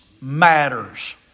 matters